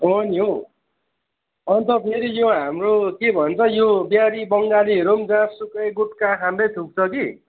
अँ नि हौ अन्त फेरि यो हाम्रो के भन्छ यो बिहारी बङ्गालीहरू पनि जहाँसुकै गुट्का खाँदै थुक्छ कि